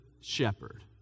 shepherd